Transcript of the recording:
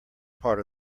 part